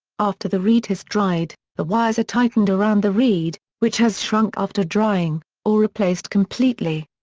after the reed has dried, the wires are tightened around the reed, which has shrunk after drying, or replaced completely.